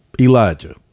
Elijah